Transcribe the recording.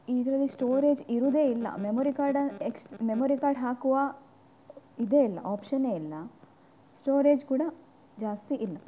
ಇದರಲ್ಲಿ ಸ್ಟೋರೇಜ್ ಇರುದೇ ಇಲ್ಲ ಮೆಮೊರಿ ಕಾರ್ಡನ್ನು ಎಕ್ಸ್ ಮೆಮೊರಿ ಕಾರ್ಡ್ ಹಾಕುವ ಇದೇ ಇಲ್ಲ ಆಪ್ಷನೇ ಇಲ್ಲ ಸ್ಟೋರೇಜ್ ಕೂಡ ಜಾಸ್ತಿ ಇಲ್ಲ